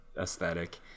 aesthetic